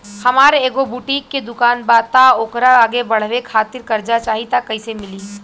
हमार एगो बुटीक के दुकानबा त ओकरा आगे बढ़वे खातिर कर्जा चाहि त कइसे मिली?